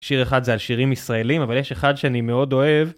שיר אחד זה על שירים ישראלים, אבל יש אחד שאני מאוד אוהב.